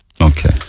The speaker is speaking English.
Okay